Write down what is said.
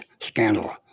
Scandal